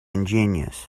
ingenious